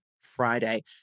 Friday